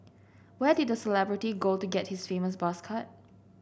where did the celebrity go to get his famous buzz cut